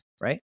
right